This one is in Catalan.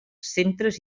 centres